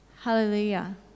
Hallelujah